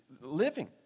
living